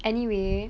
anyway